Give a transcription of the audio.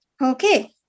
Okay